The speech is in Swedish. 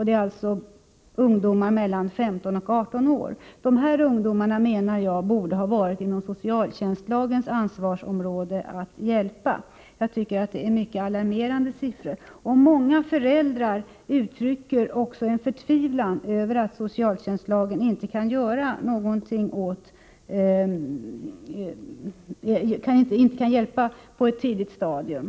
Det är alltså fråga om ungdomar mellan 15-18 år. När det gäller hjälpen till de här ungdomarna menar jag att detta borde ha fallit inom socialtjänstlagens ansvarsområde. Många föräldrar uttrycker förtvivlan över att socialtjänstlagen inte kan bidra till hjälp på ett tidigt stadium.